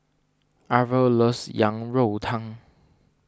Arvel loves Yang Rou Tang